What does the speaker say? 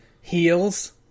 Heels